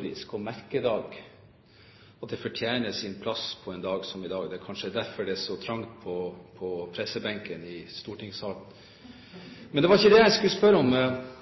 Google-søk, og de fortjener sin plass på en dag som i dag. Det er kanskje derfor det er så trangt på pressebenken i stortingssalen! Men det var ikke det jeg skulle spørre om.